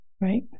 right